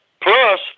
plus